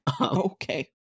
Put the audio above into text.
okay